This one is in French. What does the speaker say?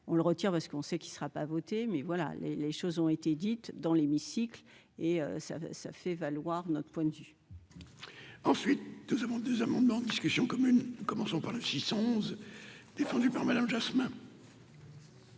on le retire parce qu'on sait qu'il sera pas voter, mais voilà les, les choses ont été dites dans l'hémicycle et ça, ça fait valoir notre point de vue. Ensuite, nous avons des amendements en discussion commune, commençons par 611, défendu par Me Jasmin.